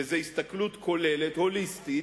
וזאת הסתכלות כוללת, הוליסטית,